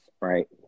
right